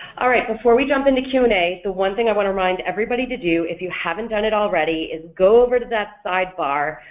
all right before we jump into q and a, so one thing i want to remind everybody to do if you haven't done it already is go over to that sidebar,